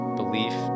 belief